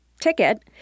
ticket